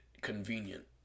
convenient